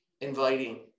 Inviting